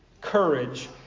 courage